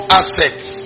assets